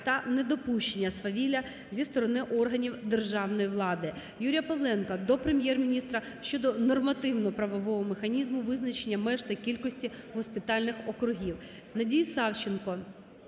та недопущення свавілля зі сторони органів державної влади. Юрія Павленка до Прем'єр-міністра щодо нормативно-правового механізму визначення меж та кількості госпітальних округів.